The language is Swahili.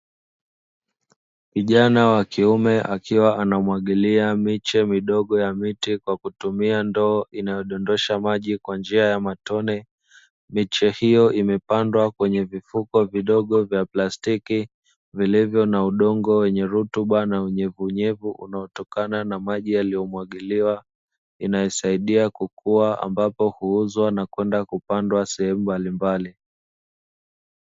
Kijana wa kiume akiwa anamwagilia miche midogo ya miti, kwa kutumia ndoo inayodondosha maji kwa njia ya matone, miche hiyo imepandwa kwenye vifuko vidogo vya plastiki, vilivyo na udogo wenye rutuba na unyevunyevu, unaotokana na maji yaliyomwagiliwa, inayosaidia kukua ambapo huuzwa na kwenda kupandwa sehemu mbalimbali.